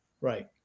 Right